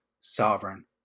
sovereign